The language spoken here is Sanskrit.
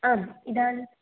आम् इदानीं